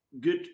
good